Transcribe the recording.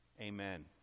Amen